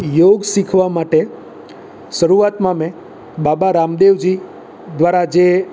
યોગ શીખવા માટે શરૂઆતમાં મેં બાબા રામદેવજી દ્વારા જે